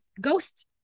ghost